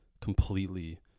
completely